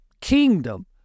kingdom